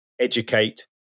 educate